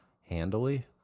handily